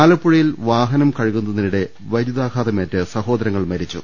ആലപ്പുഴയിൽ വാഹനം കഴുകുന്നതിനിടെ വൈദ്യുതാഘാതമേറ്റ് സഹോദരങ്ങൾ മരിച്ചു